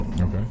Okay